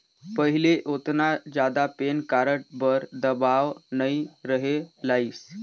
पहिले ओतना जादा पेन कारड बर दबाओ नइ रहें लाइस